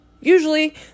Usually